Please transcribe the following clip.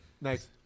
Nice